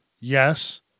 yes